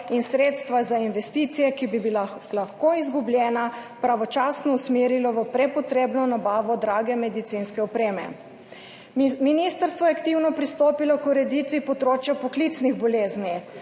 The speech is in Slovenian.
in sredstva za investicije, ki bi bila lahko izgubljena, pravočasno usmerilo v prepotrebno nabavo drage medicinske opreme. Ministrstvo je aktivno pristopilo k ureditvi področja poklicnih bolezni.